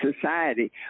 society